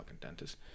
dentist